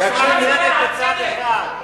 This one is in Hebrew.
אתה מדבר על צדק?